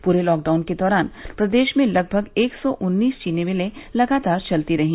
पूरे लॉकडाउन के दौरान प्रदेश में लगभग एक सौ उन्नीस चीनी मिलें लगातार चलती रहीं